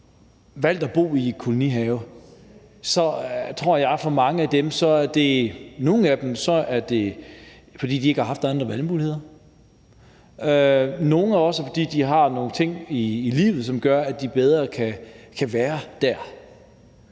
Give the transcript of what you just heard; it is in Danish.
som har valgt at bo i en kolonihave, er, fordi de ikke har haft andre valgmuligheder, og at det for nogle er, fordi de har nogle ting i livet, som gør, at de bedre kan være der.